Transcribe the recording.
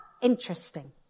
interesting